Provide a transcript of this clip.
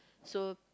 so